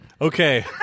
Okay